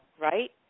right